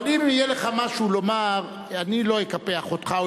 אבל אם יהיה לך משהו לומר אני לא אקפח אותך,